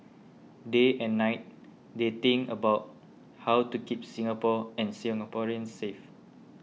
day and night they think about how to keep Singapore and Singaporeans safe